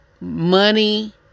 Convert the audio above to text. Money